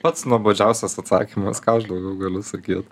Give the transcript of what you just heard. pats nuobodžiausias atsakymas ką aš daugiau galiu sakyt